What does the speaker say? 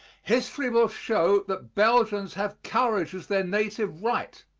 history will show that belgians have courage as their native right,